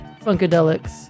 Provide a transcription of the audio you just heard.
Funkadelic's